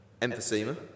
Emphysema